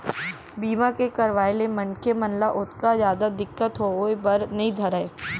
बीमा के करवाय ले मनखे मन ल ओतका जादा दिक्कत होय बर नइ धरय